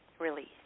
release